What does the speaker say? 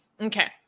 Okay